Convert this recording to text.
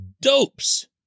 dopes